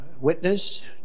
witness